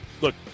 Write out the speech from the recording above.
Look